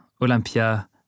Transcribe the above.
Olympia